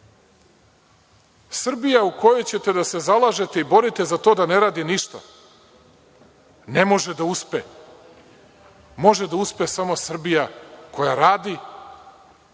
žive. Srbija u kojoj ćete da se zalažete i borite za to da ne radi ništa ne može da uspe. Može da uspe samo Srbija koja radi